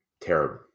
Terrible